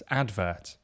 advert